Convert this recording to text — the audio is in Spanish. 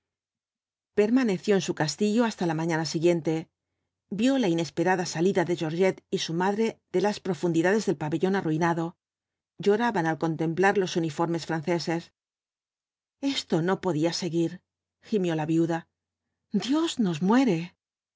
permaneció en su castillo hasta la mañana siguiente vio la inesperada salida de georgette y su madre de las profundidades del pabellón arruinado lloraban al contemplar los uniformes franceses esto no podía seguir gimió la viuda dios no muere